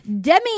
Demi